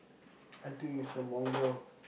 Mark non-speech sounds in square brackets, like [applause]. [noise] I think it's a mongrel